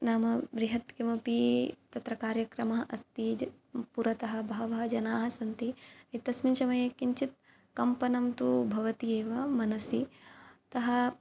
नाम बृहत् किमपि तत्र कार्यक्रमः अस्ति पुरतः बहवः जनाः सन्ति इत्यस्मिन् समये किञ्चित् कम्पनन्तु भवति एव मनसि अतः